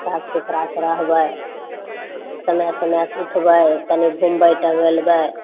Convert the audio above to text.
साफ सुथड़ा से रहबै समय समय से उठबै तनि घुमबै टहलबै